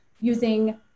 using